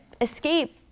escape